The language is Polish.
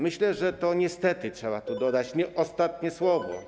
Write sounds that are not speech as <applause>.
Myślę, że to niestety - trzeba tu dodać <noise> - nie ostatnie słowo.